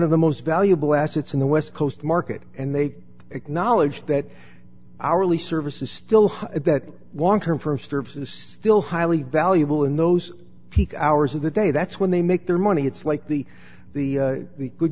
of the most valuable assets in the west coast market and they acknowledge that hourly service is still high at that one term from services still highly valuable in those peak hours of the day that's when they make their money it's like the the the good